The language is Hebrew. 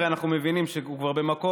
הרי אנחנו מבינים שהוא כבר במקום,